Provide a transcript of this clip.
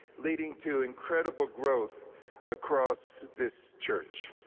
leading to incredible growth across this church.